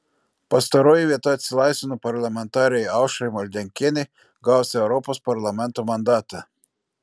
pastaroji vieta atsilaisvino parlamentarei aušrai maldeikienei gavus europos parlamento mandatą